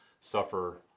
suffer